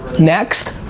next,